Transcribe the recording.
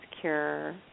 Cure